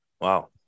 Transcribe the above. wow